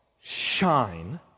shine